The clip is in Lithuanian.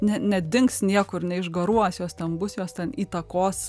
ne nedings niekur neišgaruos jos ten bus jos ten įtakos